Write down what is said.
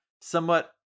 somewhat